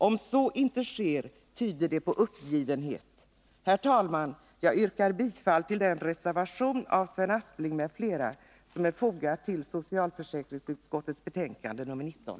Om så inte sker, tyder det på uppgivenhet. Herr talman! Jag yrkar bifall till den reservation av Sven Aspling m.fl. som är fogad vid socialförsäkringsutskottets betänkande nr 19.